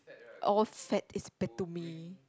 all fat is bad to me